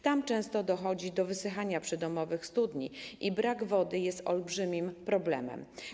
Tam często dochodzi do wysychania przydomowych studni i brak wody jest olbrzymim problemem.